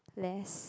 less